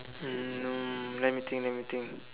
um let me think let me think